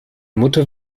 mutter